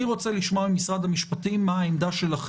אני רוצה לשמוע ממשרד המשפטים מה העמדה שלו